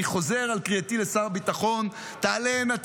אני חוזר על קריאתי לשר הביטחון: תעלה הינה,